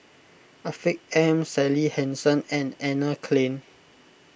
Afiq M Sally Hansen and Anne Klein